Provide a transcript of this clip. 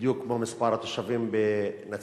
בדיוק כמו מספר התושבים בנצרת-עילית,